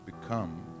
become